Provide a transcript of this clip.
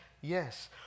Yes